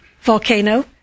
volcano